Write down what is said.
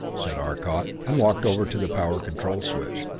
said arcot and walked over to the power control switch.